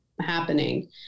happening